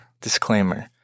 Disclaimer